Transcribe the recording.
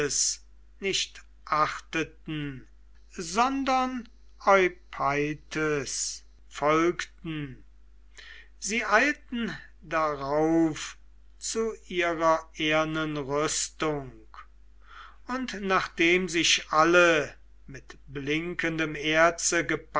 nicht achteten sondern eupeithes folgten sie eilten darauf zu ihrer ehernen rüstung und nachdem sie sich alle mit blinkendem